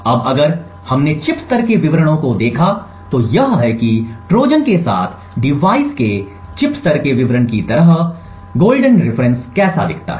अब अगर हमने चिप स्तर के विवरणों को देखा तो यह है कि ट्रोजन के साथ डिवाइस के चिप स्तर के विवरण की तरह सुनहरा संदर्भ कैसा दिखता है